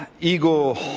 Ego